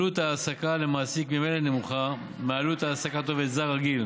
עלות ההעסקה למעסיק ממילא נמוכה מעלות העסקת עובד זר רגיל